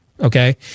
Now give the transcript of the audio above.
Okay